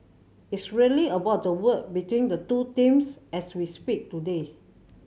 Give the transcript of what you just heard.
it's really about the work between the two teams as we speak today